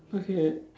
okay